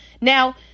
Now